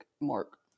mark